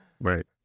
Right